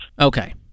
Okay